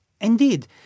Indeed